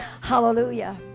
Hallelujah